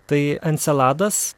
tai enceladas